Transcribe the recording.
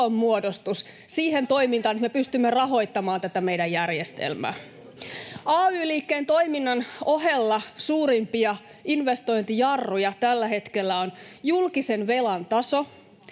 tulonmuodostus siihen toimintaan, että me pystymme rahoittamaan tätä meidän järjestelmää. [Vastauspuheenvuoropyyntöjä] Ay-liikkeen toiminnan ohella suurimpia investointijarruja tällä hetkellä on julkisen velan taso